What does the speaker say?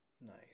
Nice